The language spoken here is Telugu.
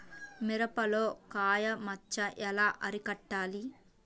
మిరపలో కాయ మచ్చ ఎలా అరికట్టాలి?